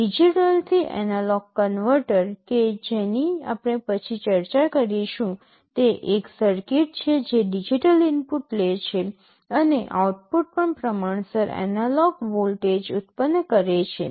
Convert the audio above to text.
ડિજિટલથી analogue converter કે જેની આપણે પછી ચર્ચા કરીશું તે એક સર્કિટ છે જે ડિજિટલ ઇનપુટ લે છે અને આઉટપુટ પર પ્રમાણસર એનાલોગ વોલ્ટેજ ઉત્પન્ન કરે છે